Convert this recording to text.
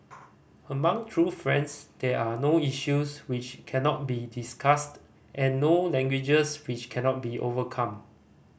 among true friends there are no issues which cannot be discussed and no languages which cannot be overcome